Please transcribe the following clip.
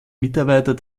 mitarbeiter